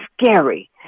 scary